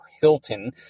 Hilton